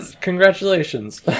Congratulations